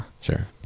Sure